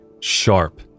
sharp